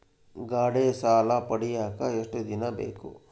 ಗಾಡೇ ಸಾಲ ಪಡಿಯಾಕ ಎಷ್ಟು ದಿನ ಬೇಕು?